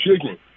chicken